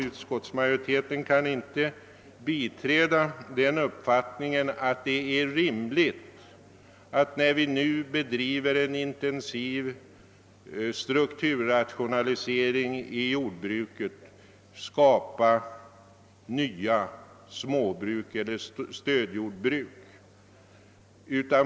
Utskottsmajoriteten kan ej inse det rimliga i att, när vi nu bedriver en intensiv strukturrationalisering inom jordbruket, vi på nytt skapar nya småbruk eller stödjordbruk.